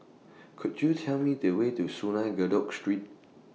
Could YOU Tell Me The Way to Kadut Street